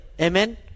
Amen